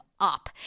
up